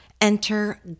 Enter